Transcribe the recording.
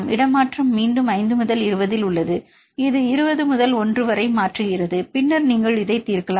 இடமாற்றம் மீண்டும் 5 முதல் 20 உள்ளது இது 20 முதல் 1 வரை மாற்றுகிறது பின்னர் நீங்கள் இதை தீர்க்கலாம்